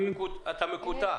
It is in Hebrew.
אתה מקוטע.